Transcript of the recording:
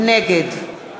נגד